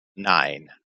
nine